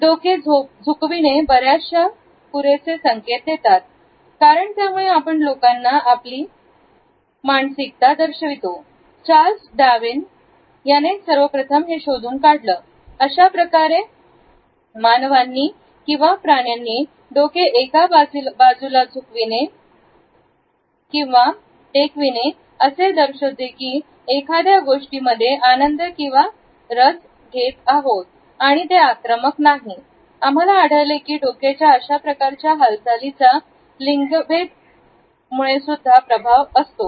डोके झोपवणे बऱ्याचशा पुरेसे संकेत देतात कारण त्यामुळे आपण लोकांना आपली मा न दर्शवितो चार्ल्स डार्विन त्याने सर्वप्रथम हे शोधून काढलं अशाप्रकारे मानवांनी किंवा प्राण्यांनी डोके एका बाजूला झू कवीने किंवा टेकवीने असे दर्शवते की एखाद्या गोष्टीमध्ये आनंद किंवा रस घेत आहे आणि ते आक्रमक नाही आम्हाला आढळले की डोक्यांच्या अशाप्रकारच्या हालचालीचा लिंगभेद अशीसुद्धा प्रभाव आहे